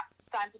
sign